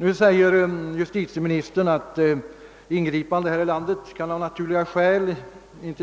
Nu säger justitieministern: »Ingripande här i landet kan av naturliga skäl